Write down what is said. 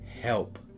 help